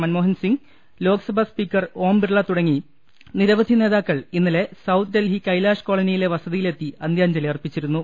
Manmohan Singh Lok Sabha speaker Om Birla തുടങ്ങി നിരവധി നേതാക്കൾ ഇന്നലെ സൌത്ത് ഡൽഹി കൈലാഷ് കോളനിയിലെ വസതിയിലെത്തി അന്ത്യാഞ്ജലി അർപ്പിച്ചിരുന്നു